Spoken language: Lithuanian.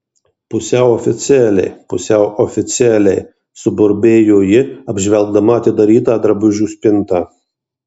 pusiau oficialiai pusiau oficialiai suburbėjo ji apžvelgdama atidarytą drabužių spintą